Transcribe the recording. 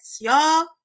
y'all